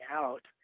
out